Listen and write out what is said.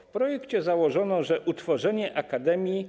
W projekcie założono, że utworzenie akademii